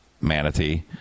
manatee